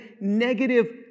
negative